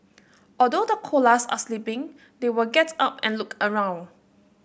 although the koalas are sleeping they will get up and look around